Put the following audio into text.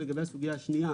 לגבי הנקודה השנייה